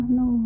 no